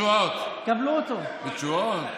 ולנפתלי בנט ולסיעת שמאלה,